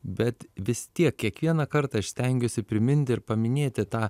bet vis tiek kiekvieną kartą aš stengiuosi priminti ir paminėti tą